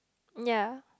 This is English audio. ya